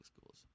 schools